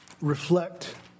reflect